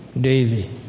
Daily